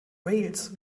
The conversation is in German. wales